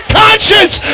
conscience